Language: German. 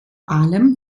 allem